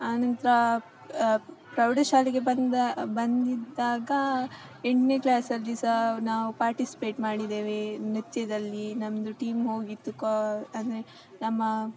ಆನಂತರ ಪ್ರೌಢಶಾಲೆಗೆ ಬಂದ ಬಂದಿದ್ದಾಗ ಎಂಟನೇ ಕ್ಲಾಸಲ್ಲಿ ಸಾ ನಾವು ಪಾರ್ಟಿಸ್ಪೇಟ್ ಮಾಡಿದ್ದೇವೆ ನೃತ್ಯದಲ್ಲಿ ನಮ್ಮದು ಟೀಮ್ ಹೋಗಿತ್ತು ಕೋ ಅಂದರೆ ನಮ್ಮ